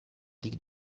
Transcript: dick